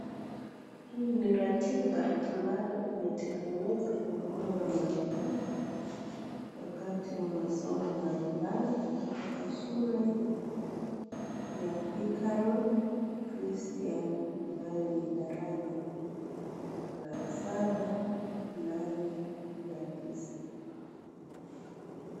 Hii ni ratiba ambayo imetengenezwa kuongoza mwalimu wakati wa masomo mbalimbali katika shule ya Thika Road Christian ambayo ni daraja la saba nane na tisa.